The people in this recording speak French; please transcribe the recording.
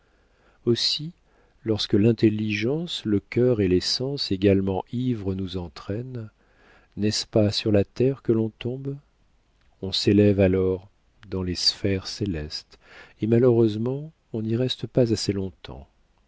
aussi lorsque l'intelligence le cœur et les sens également ivres nous entraînent n'est-ce pas sur la terre que l'on tombe on s'élève alors dans les sphères célestes et malheureusement on n'y reste pas assez longtemps